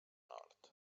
nord